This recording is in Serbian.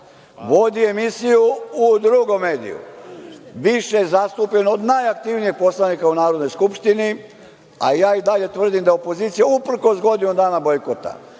vodi emisiju u drugom mediju, više je zastupljen od najaktivnijeg poslanika u Narodnoj skupštini, a ja i dalje tvrdim da je opozicija, uprkos godinu dana bojkota